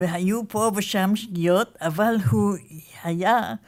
והיו פה ושם שגיאות, אבל הוא היה...